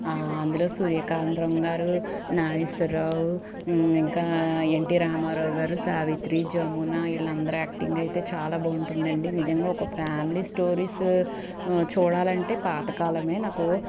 అందులో సూర్యకాంతం గారు నాగేశ్వరావు ఇంకా ఎన్టి రామారావు గారు సావిత్రి జమున వీళ్ళందరి యాక్టింగ్ అయితే చాలా బాగుంటుంది అండి నిజంగా ఒక ఫ్యామిలీ స్టోరీస్ చూడాలంటే పాతకాలమే నాకు